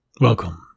Welcome